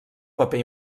paper